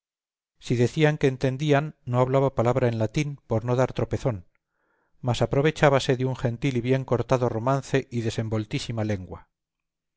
si decían que entendían no hablaba palabra en latín por no dar tropezón mas aprovechábase de un gentil y bien cortado romance y desenvoltísima lengua